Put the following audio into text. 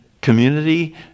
community